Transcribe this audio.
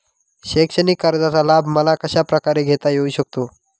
शैक्षणिक कर्जाचा लाभ मला कशाप्रकारे घेता येऊ शकतो?